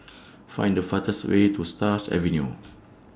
Find The fastest Way to Stars Avenue